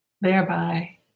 thereby